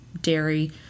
dairy